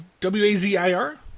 W-A-Z-I-R